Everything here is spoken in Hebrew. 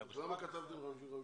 אז למה כתבתם 55 מיליון?